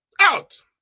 out